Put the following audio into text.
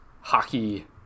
hockey